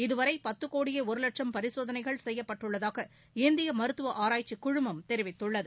இதுவரை பத்து கோடியே ஒரு வட்சம் பரிசோதனைகள் செய்யப்பட்டுள்ளதாக இந்திய மருத்துவ ஆராய்ச்சிக் குழுமம் தெரிவித்துள்ளது